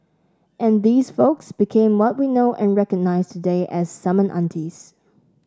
and these folks became what we know and recognise today as summon aunties